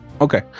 okay